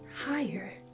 higher